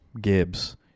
Gibbs